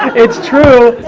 it's true.